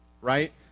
Right